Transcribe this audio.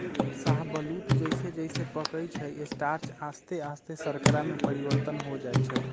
शाहबलूत जइसे जइसे पकइ छइ स्टार्च आश्ते आस्ते शर्करा में परिवर्तित हो जाइ छइ